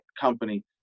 company